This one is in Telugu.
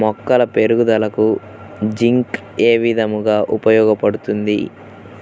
మొక్కల పెరుగుదలకు జింక్ ఏ విధముగా ఉపయోగపడుతుంది?